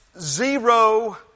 zero